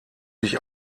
sich